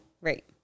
right